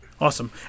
Awesome